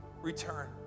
return